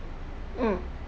mm